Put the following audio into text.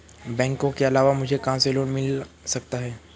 बैंकों के अलावा मुझे कहां से लोंन मिल सकता है?